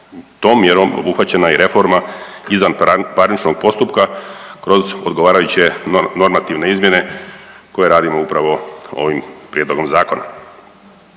Tom mjerom obuhvaćena je i reforma izvanparničnog postupka kroz odgovarajuće normativne izmjene koje radimo upravo ovim Prijedlogom zakona.